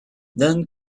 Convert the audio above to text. then